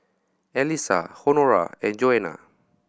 Elissa Honora and Joana